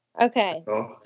Okay